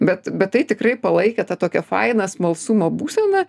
bet bet tai tikrai palaikė tą tokią fainą smalsumo būseną